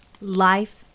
Life